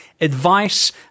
advice